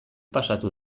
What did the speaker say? pasatu